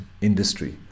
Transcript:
industry